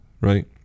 right